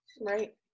Right